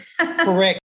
Correct